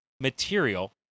material